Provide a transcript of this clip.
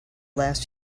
last